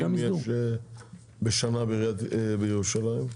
כמה תיירים יש בעיר ירושלים בשנה?